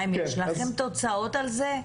האם יש לכם תוצאות לבדיקות האלה?